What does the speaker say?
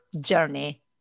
journey